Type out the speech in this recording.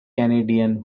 canadian